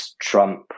Trump